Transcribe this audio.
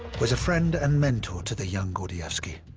was a friend and mentor to the young gordievsky.